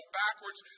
backwards